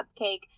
cupcake